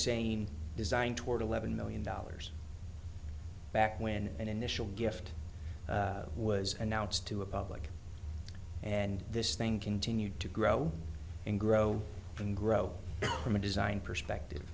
saying design toward eleven million dollars back when an initial gift was announced to a public and this thing continued to grow and grow and grow from a design perspective